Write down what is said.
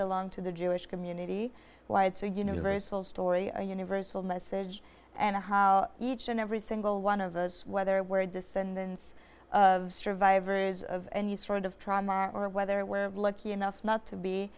belong to the jewish community why it's a universal story a universal message and how each and every single one of us whether we're descendants of survivors of any sort of trauma or whether we're lucky enough not to be